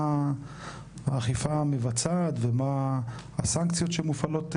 מה האכיפה מבצעת ומה הסנקציות שמופעלות?